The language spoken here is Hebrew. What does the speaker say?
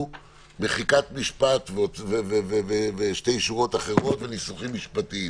מחיקת משפט ושתי שורות אחרות וניסוחים משפטיים.